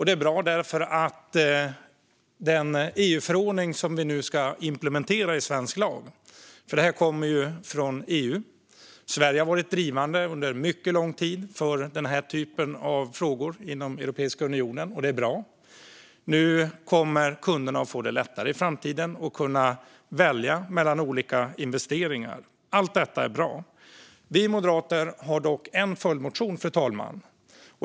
Det är därför bra att vi nu ska implementera denna EU-förordning i svensk lag. Detta kommer ju från EU. Sverige har varit drivande inom Europeiska unionen under mycket lång tid för den här typen av frågor, och det är bra. Nu kommer kunderna att få det lättare att i framtiden välja mellan olika investeringar. Allt detta är bra. Vi moderater har dock en följdmotion, fru talman.